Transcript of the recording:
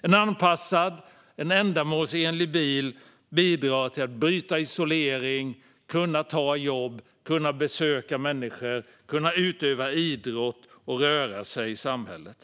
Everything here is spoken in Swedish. En anpassad och ändamålsenlig bil bidrar till att bryta isolering, ta jobb, besöka människor, utöva idrott och röra sig i samhället.